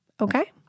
okay